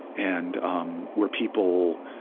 and um where people,